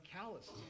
calloused